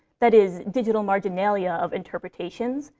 that is, digital marginalia of interpretations,